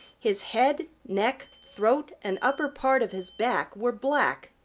his head, neck, throat and upper part of his back were black.